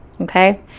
okay